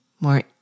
more